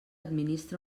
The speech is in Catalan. administra